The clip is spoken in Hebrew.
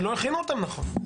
שלא הכינו אותם נכון.